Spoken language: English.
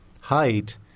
height